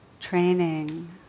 training